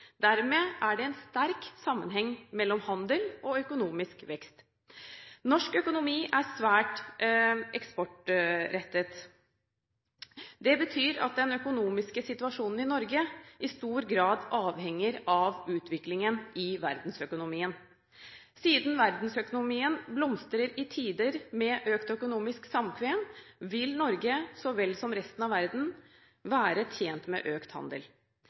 Dermed er det en sterk sammenheng mellom handel og økonomisk vekst. Norsk økonomi er svært eksportrettet. Det betyr at den økonomiske situasjonen i Norge i stor grad avhenger av utviklingen i verdensøkonomien. Siden verdensøkonomien blomstrer i tider med økt økonomisk samkvem, vil Norge, så vel som resten av verden, være tjent med økt handel.